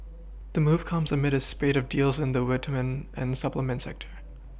the move comes amid a spate of deals in the vitamin and supplement sector